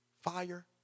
Fire